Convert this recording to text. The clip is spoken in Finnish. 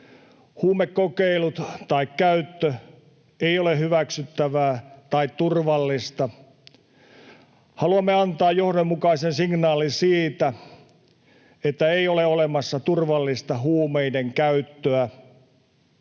Huumekokeilut tai käyttö ei ole hyväksyttävää tai turvallista. Haluamme antaa johdonmukaisen signaalin siitä, että ei ole olemassa turvallista huumeiden käyttöä.